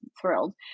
thrilled